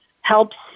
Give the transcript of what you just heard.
helps